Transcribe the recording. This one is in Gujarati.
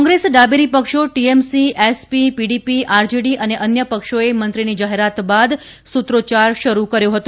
કોંગ્રેસ ડાબેરી પક્ષો ટીએમસી એસપી પીડીપી આરજેડી અને અન્ય પક્ષોએ મંત્રીની જાહેરાત બાદ સૂત્રોચ્યાર શરૂ કર્યો હતો